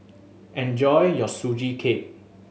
enjoy your Sugee Cake